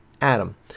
Adam